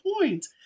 point